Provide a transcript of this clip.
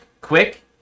quick